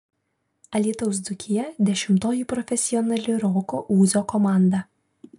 alytaus dzūkija dešimtoji profesionali roko ūzo komanda